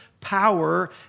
power